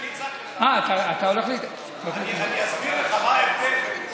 אני אסביר לך מה ההבדל בין,